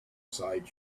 side